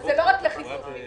אבל זה לא רק לחיזוק מבנים,